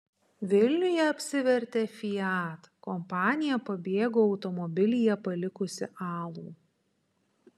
vilniuje apsivertė fiat kompanija pabėgo automobilyje palikusi alų